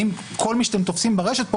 האם כל מי שאתם ופסים ברשת פה,